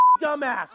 dumbass